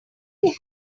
they